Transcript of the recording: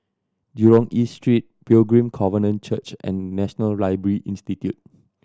Jurong East Street Pilgrim Covenant Church and National Library Institute